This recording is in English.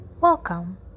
welcome